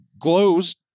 glows